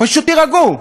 פשוט תירגעו.